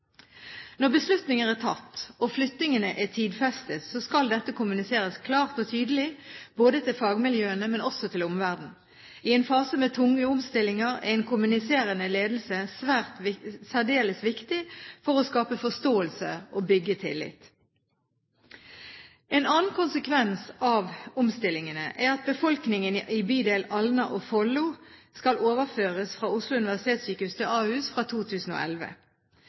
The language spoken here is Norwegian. Når beslutningen er tatt og flyttingen er tidfestet, skal dette kommuniseres klart og tydelig både til fagmiljøene og til omverdenen. I en fase med tunge omstillinger er en kommuniserende ledelse særdeles viktig for å skape forståelse og bygge tillit. En annen konsekvens av omstillingene er at befolkningen i bydel Alna og i Follo skal overføres fra Oslo universitetssykehus til Ahus fra 2011.